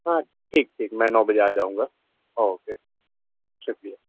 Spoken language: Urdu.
ہاں ٹھیک ٹھیک میں نو بجے آ جاؤں گا اوکے شکریہ